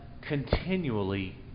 continually